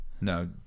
No